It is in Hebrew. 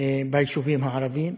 ביישובים הערביים.